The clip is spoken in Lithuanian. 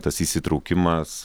tas įsitraukimas